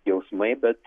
jausmai bet